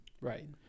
Right